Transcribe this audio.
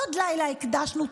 עוד לילה הקדשנו,